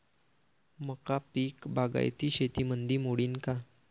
मका पीक बागायती शेतीमंदी मोडीन का?